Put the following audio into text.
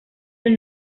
del